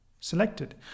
selected